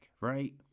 right